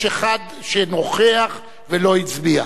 יש אחד שנוכח ולא הצביע.